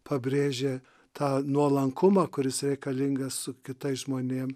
pabrėžė tą nuolankumą kuris reikalingas su kitais žmonėm